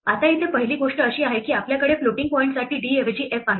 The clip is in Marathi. आता इथे पहिली गोष्ट अशी आहे की आपल्याकडे फ्लोटिंग पॉइंटसाठी d ऐवजी f आहे